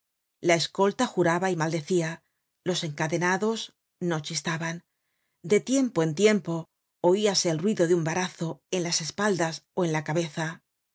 la escolta juraba y maldecia los encadenados no chistaban de tiempo en tiempo oíase el ruido de un varazo en las espaldas ó en la cabeza